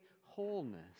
wholeness